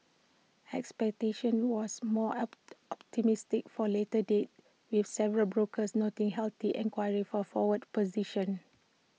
expectation was more up optimistic for later dates with several brokers noting healthy enquiry for forward positions